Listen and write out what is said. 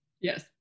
Yes